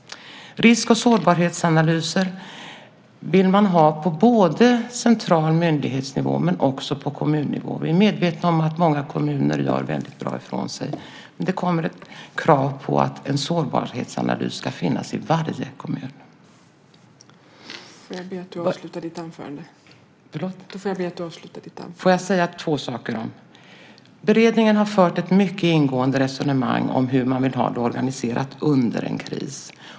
Risk och sårbarhetsanalyser vill man ha på central myndighetsnivå men också på kommunnivå. Vi är medvetna om att många kommuner gör bra ifrån sig. Men det kommer krav på att en sårbarhetsanalys ska finnas i varje kommun. Beredningen har fört ett mycket ingående resonemang om hur man vill ha det organiserat under en kris.